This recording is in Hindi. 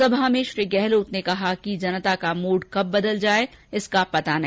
सभा में श्री गहलोत ने कहा कि जनता का मूड कब बदल जाये इसका पता नहीं